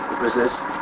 resist